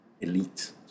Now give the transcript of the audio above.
elite